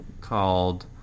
called